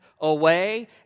away